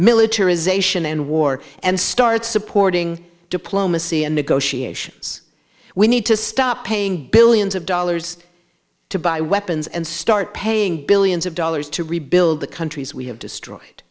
militarization and war and start supporting diplomacy and negotiations we need to stop paying billions of dollars to buy weapons and start paying billions of dollars to rebuild the countries we have destroyed